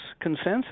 consensus